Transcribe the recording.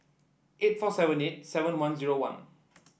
eight four seven eight seven one zero one